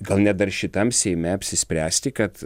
gal net dar šitam seime apsispręsti kad